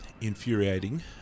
infuriating